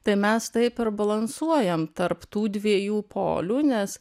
tai mes taip ir balansuojam tarp tų dviejų polių nes